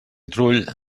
trull